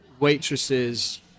Waitresses